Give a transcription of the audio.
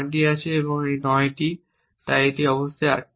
এখানে নয়টি তাই এটি অবশ্যই আটটি হতে হবে